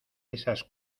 esas